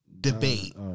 debate